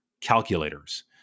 calculators